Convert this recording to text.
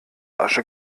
asche